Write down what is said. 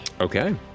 Okay